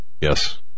yes